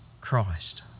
Christ